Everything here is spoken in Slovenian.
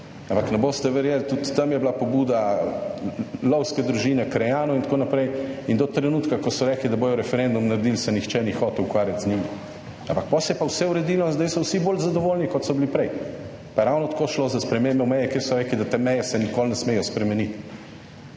ampak ne boste verjeli, tudi tam je bila pobuda lovske družine krajanov in tako naprej in do trenutka, ko so rekli, da bodo referendum naredili se nihče ni hotel ukvarjati z njimi, ampak potem se je pa vse uredilo in zdaj so vsi bolj zadovoljni kot so bili prej pa je ravno tako šlo za spremembe meje, kjer so rekli, da te meje se nikoli ne smejo spremeniti,